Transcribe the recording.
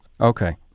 okay